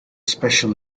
special